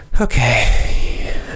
Okay